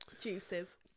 juices